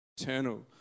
eternal